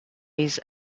his